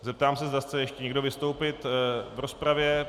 Zeptám se, zda chce ještě někdo vystoupit v rozpravě.